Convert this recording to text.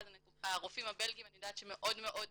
אני יודעת שלרופאים הבלגים עדיין מאוד קשה.